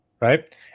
Right